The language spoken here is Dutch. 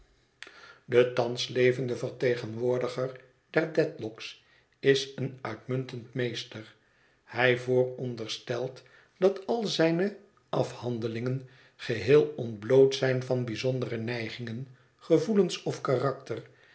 de thans levende vertegenwoordiger der dedlock's is een uitmuntend meester hij vooronderstelt dat al zijne alhangelingen geheel ontbloot zijn van bijzondere neigingen gevoelens of karakter